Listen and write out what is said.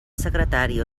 secretari